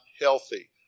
healthy